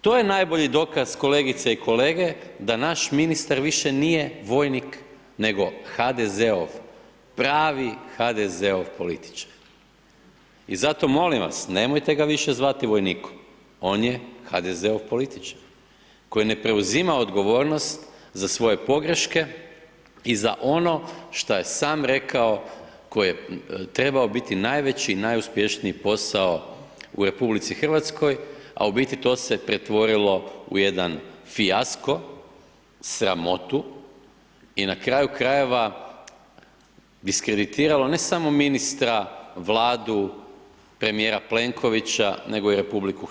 To je najbolji dokaz kolegice i kolege da naš ministar više nije vojnik, nego HDZ-ov, pravi HDZ-ov političar i zato molim vas, nemojte ga više zvati vojnikom, on je HDZ-ov političar koji ne preuzima odgovornost za svoje pogreške i za ono što je sam rekao koji je trebao biti najveći i najuspješniji posao u RH, a u biti to se pretvorilo u jedan fijasko, sramotu i na kraju krajeva diskreditiralo ne samo ministra, Vladu, premijera Plenkovića, nego i RH.